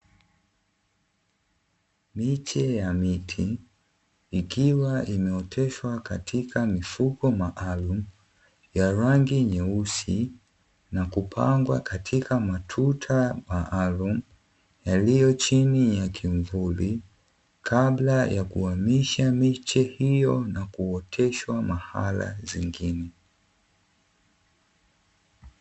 Miche ya miti ikiwa imeoteshwa katika mifugo maalumu ya rangi nyeusi na kupangwa katika matuta maalumu yaliyo chini ya kimvuli kabla ya kuhamisha miche hiyo na kuoteshwa mahala pengine.